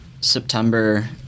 September